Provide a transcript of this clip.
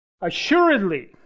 Assuredly